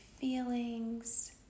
feelings